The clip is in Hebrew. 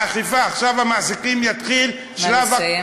האכיפה, עכשיו אצל המעסיקים יתחיל שלב, נא לסיים.